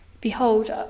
Behold